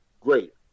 Great